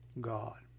God